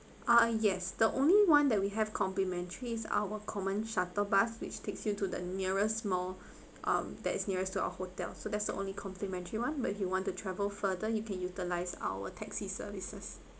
ah yes the only one that we have complimentary is our common shuttle bus which takes you to the nearest mall um that is nearest to our hotel so that's the only complimentary one but if you want to travel further you can utilize our taxi services